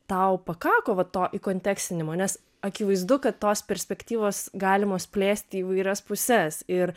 tau pakako va to įkontekstinimo nes akivaizdu kad tos perspektyvos galimos plėsti į įvairias puses ir